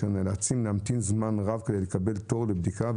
הם נאלצים להמתין זמן רב כדי לקבל תור לבדיקה,